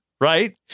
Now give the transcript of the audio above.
Right